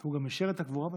הוא גם אישר את הקבורה בסוף.